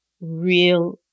real